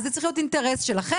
אז זה צריך להיות אינטרס שלכם,